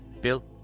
Bill